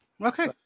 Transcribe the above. Okay